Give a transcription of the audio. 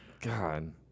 God